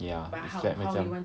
ya it's like macam